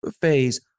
phase